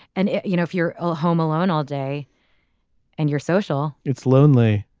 and you know if you're ah home alone all day and you're social it's lonely.